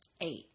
Eight